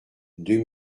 deux